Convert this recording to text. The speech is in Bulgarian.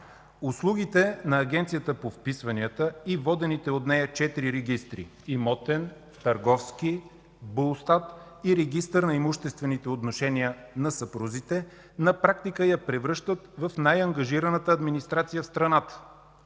Услугите на Агенцията по вписванията и водените от нея четири регистъра – Имотен, Търговски, Булстат и Регистър на имуществените отношения на съпрузи, на практика я превръщат в най-ангажираната администрация в страната.